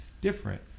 different